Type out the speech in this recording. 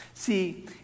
See